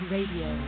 Radio